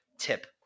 tip